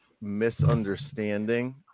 misunderstanding